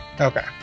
Okay